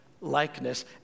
likeness